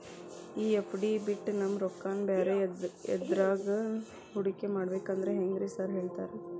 ಈ ಎಫ್.ಡಿ ಬಿಟ್ ನಮ್ ರೊಕ್ಕನಾ ಬ್ಯಾರೆ ಎದ್ರಾಗಾನ ಹೂಡಿಕೆ ಮಾಡಬೇಕಂದ್ರೆ ಹೆಂಗ್ರಿ ಸಾರ್ ಹೇಳ್ತೇರಾ?